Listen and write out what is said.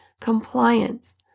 compliance